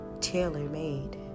tailor-made